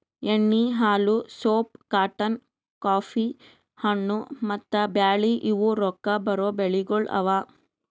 ಎಣ್ಣಿ, ಹಾಲು, soap, cotton, coffee, ಹಣ್ಣು, ಮತ್ತ ಬ್ಯಾಳಿ ಇವು ರೊಕ್ಕಾ ಬರೋ ಬೆಳಿಗೊಳ್ ಅವಾ